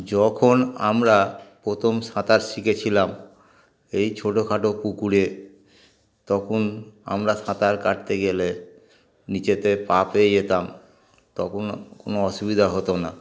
যখন আমরা প্রথম সাঁতার শিখেছিলাম এই ছোটোখাটো পুকুরে তখন আমরা সাঁতার কাটতে গেলে নিচেতে পা পেয়ে যেতাম তখন কোনো অসুবিধা হতো না